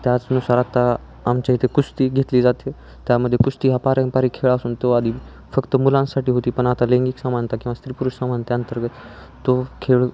त्याचनुसार आता आमच्या इथे कुस्ती घेतली जाते त्यामध्ये कुस्ती हा पारंपरिक खेळ असून तो आधी फक्त मुलांसाठी होती पण आता लैंगिक समानता किवा स्त्री पुरुष समानता अंतर्गत तो खेळ